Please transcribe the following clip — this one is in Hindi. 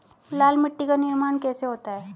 लाल मिट्टी का निर्माण कैसे होता है?